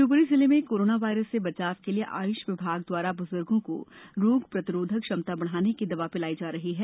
शिवपुरी जिले में corona virus से बचाव के लिये आयुष विभाग द्वारा बुजुर्गो को रोग प्रतिरोधक क्षमता बढ़ाने की दवा पिलाई जा रही है